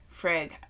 Frig